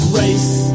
race